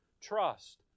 trust